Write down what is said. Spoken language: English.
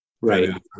right